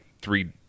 three